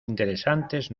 interesantes